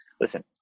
listen